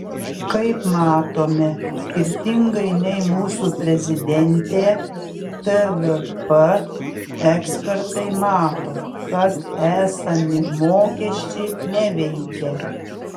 kaip matome skirtingai nei mūsų prezidentė tvf ekspertai mato kad esami mokesčiai neveikia